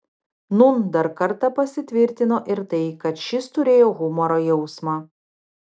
nūn dar kartą pasitvirtino ir tai kad šis turėjo humoro jausmą